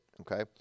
okay